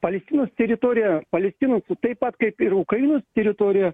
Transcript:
palestinos teritorija palestinos taip pat kaip ir ukrainos teritorija